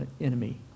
enemy